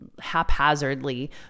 haphazardly